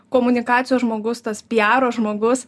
komunikacijos žmogus tas piaro žmogus